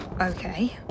Okay